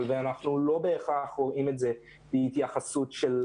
ואנחנו לא בהכרח רואים את זה בהתייחסות של